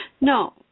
No